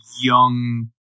young